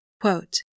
Quote